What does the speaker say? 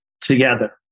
together